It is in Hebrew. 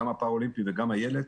הוועד האולימפי והוועד הפראלימפי,